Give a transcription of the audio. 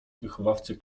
wychowawcy